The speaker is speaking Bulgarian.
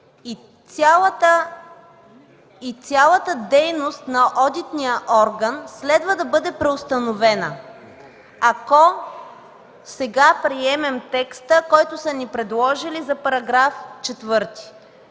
и цялата дейност на одитния орган следва да бъде преустановена, ако сега приемем текста, който са ни предложили за § 4.